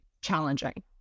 challenging